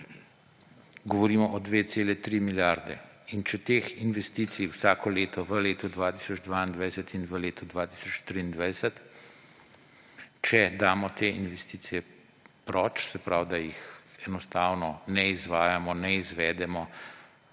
Govorimo o 2,3 milijarde. Če teh investicij vsako leto v letu 2022 in v letu 2023 ni, če damo te investicije proč, se pravi, da jih enostavno ne izvajamo, ne izvedemo,